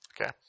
Okay